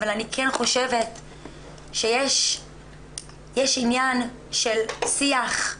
אבל אני כן חושבת שיש עניין של שיח,